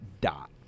dot